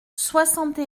soixante